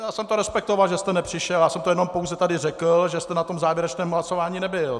Já jsem to respektoval, že jste nepřišel, já jsem to jenom pouze tady řekl, že jste na tom závěrečném hlasování nebyl.